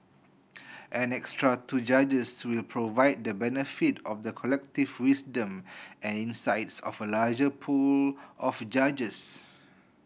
an extra two judges will provide the benefit of the collective wisdom and insights of a larger pool of judges